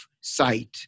sight